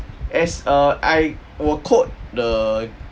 as err I will quote the